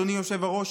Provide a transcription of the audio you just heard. אדוני היושב-ראש,